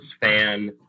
fan